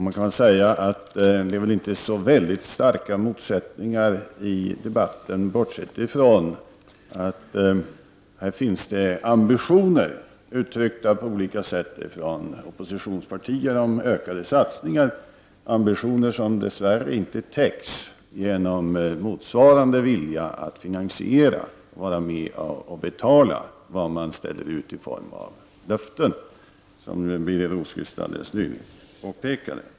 Det finns väl inte så starka motsättningar i debatten, bortsett ifrån att olika oppositionspartier uttrycker ambitioner på olika sätt om ökade satsningar, ambitioner som dess värre inte täcks genom motsvarande vilja att vara med och betala de löften man vill ställa ut, vilket Birger Rosqvist alldeles nyss påpekade.